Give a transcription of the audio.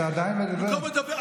עדיין מדבר?